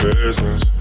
business